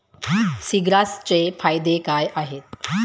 सीग्रासचे फायदे काय आहेत?